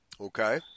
okay